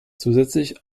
zusätzlich